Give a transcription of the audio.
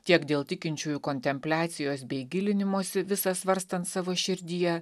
tiek dėl tikinčiųjų kontempliacijos bei gilinimosi visa svarstant savo širdyje